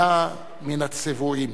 אלא מן הצבועים.